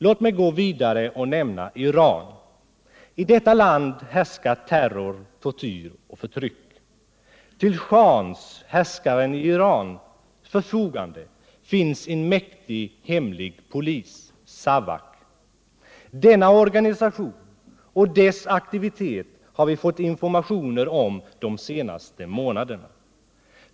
Låt mig gå vidare och nämna Iran. I detta land härskar terror, tortyr och förtryck. Till shahens— härskaren av Iran — förfogande finns en mäktig hemlig polis, SAVAK. Denna organisation och dess aktivitet har vi fått informationer om de senaste månaderna.